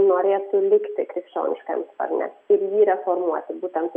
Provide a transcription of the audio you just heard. norėtų likti krikščioniškam sparne ir jį reformuoti būtent